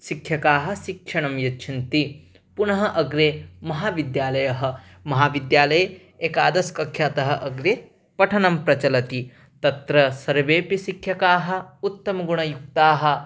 शिक्षकाः शिक्षणं यच्छन्ति पुणः अग्रे महाविद्यालयः महाविद्यालये एकादशकक्षातः अग्रे पठनं प्रचलति तत्र सर्वेऽपि शिक्षकाः उत्तमगुणयुक्ताः